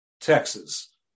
Texas